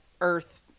earth